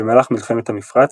במהלך מלחמת המפרץ,